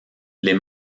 les